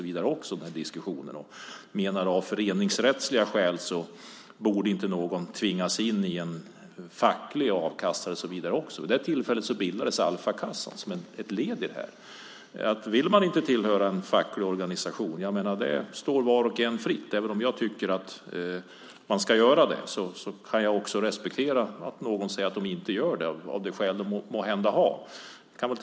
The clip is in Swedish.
Man menade att av föreningsrättsliga skäl borde ingen tvingas in i en facklig a-kassa. Vid det tillfället bildades Alfakassan som ett led i detta. Vill man inte tillhöra en facklig organisation står det var och en fritt. Även om jag tycker att man ska vara med kan jag respektera dem som säger att de inte vill vara med, av vilka skäl det nu kan vara.